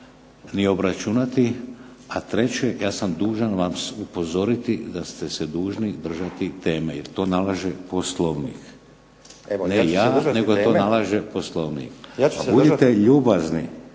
ni obračunati. A treće, ja sam dužan vas upozoriti da ste se dužni držati teme jer to nalaže Poslovnik. Ne ja, nego to nalaže Poslovnik. Budite ljubazni